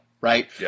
right